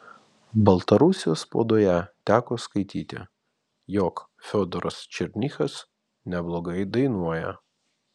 baltarusijos spaudoje teko skaityti jog fiodoras černychas neblogai dainuoja